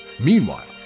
Meanwhile